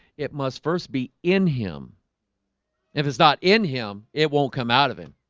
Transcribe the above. it must first be in him if it's not in him, it won't come out of him